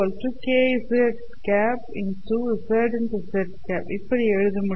z இப்படி எழுத முடியும்